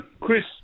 Chris